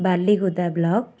Baliguda block